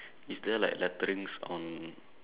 is there like letterings on